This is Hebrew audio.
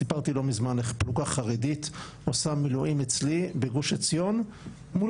סיפרתי לא מזמן איך פלוגה חרדית עושה מילואים אצלי בגוש עציון מול